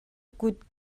kut